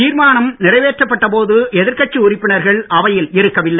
தீர்மானம் நிறைவேற்றப்பட்ட போது எதிர்கட்சி உறுப்பினர்கள் அவையில் இருக்கவில்லை